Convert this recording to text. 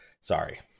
Sorry